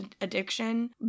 addiction